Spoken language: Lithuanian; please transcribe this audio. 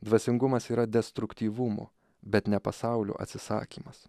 dvasingumas yra destruktyvumo bet ne pasaulio atsisakymas